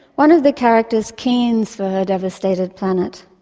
one of the characters keens for her devastated planet